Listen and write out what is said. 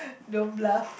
don't bluff